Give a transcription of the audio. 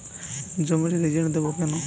জমিতে রিজেন্ট কেন দেবো?